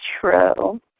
true